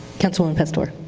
councilwoman pastor